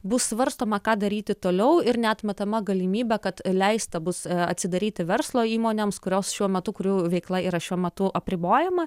bus svarstoma ką daryti toliau ir neatmetama galimybė kad leista bus atsidaryti verslo įmonėms kurios šiuo metu kurių veikla yra šiuo metu apribojama